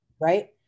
right